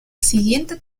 siguiente